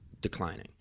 declining